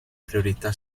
priorità